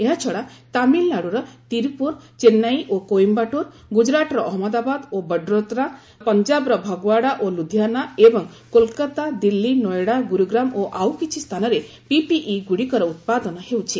ଏହାଛଡା ତାମିଲନାଡ଼ୁର ତିରୁପୁର ଚେନ୍ନାଇ ଓ କୋଇମ୍ଭାଟୁର ଗୁଜୁରାଟର ଅହମ୍ମଦାବାଦ ଓ ବଡୋଦ୍ରା ପଞ୍ଜାବର ଫଗଓ୍ୱାଡା ଓ ଲୁଧିଆନା ଏବଂ କୋଲକାତା ଦିଲ୍ଲୀ ନୋଇଡା ଗୁରୁଗ୍ରାମ ଓ ଆଉକିଛି ସ୍ଥାନରେ ପିପିଇଗୁଡ଼ିକର ଉତ୍ପାଦନ ହେଉଛି